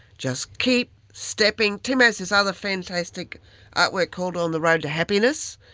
just keep stepping, tim has this other fantastic artwork called on the road to happiness,